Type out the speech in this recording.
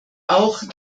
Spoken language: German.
auch